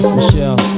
Michelle